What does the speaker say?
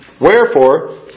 Wherefore